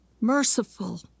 merciful